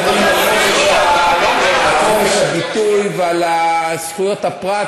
מצד אחד מדברים על חופש הביטוי ועל זכויות הפרט,